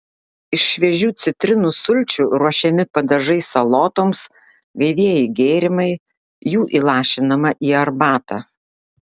iš šviežių citrinų sulčių ruošiami padažai salotoms gaivieji gėrimai jų įlašinama į arbatą